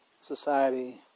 society